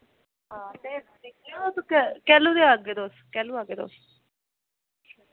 हां ते कैल्लू दे आह्गे तुस कैल्लू आह्गे तुस